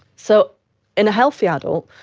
so in a healthy adult,